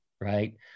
right